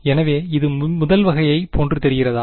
எனவே இது முதல் வகையை போன்று தெரிகிறதா